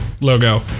logo